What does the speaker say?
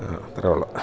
അത്രയേ ഉള്ളൂ